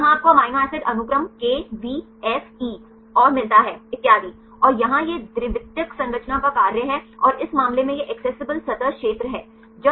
तो यहां आपको अमीनो एसिड अनुक्रम KVFE और मिलता है इतियादी और यहां यह द्वितीयक संरचना का कार्य है और इस मामले में यह एक्सेसिबल सतह क्षेत्र है